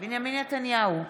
בנימין נתניהו,